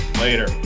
Later